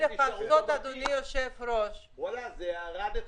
זו הערה נכונה,